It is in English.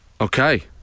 Okay